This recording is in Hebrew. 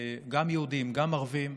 גם יהודים וגם ערבים,